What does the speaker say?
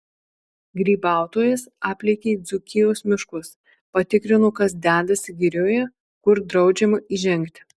grybautojas aplėkė dzūkijos miškus patikrino kas dedasi girioje kur draudžiama įžengti